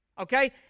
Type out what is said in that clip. Okay